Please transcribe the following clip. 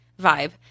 vibe